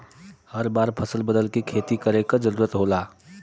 हर बार फसल बदल के खेती करे क जरुरत होला